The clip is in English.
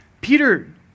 Peter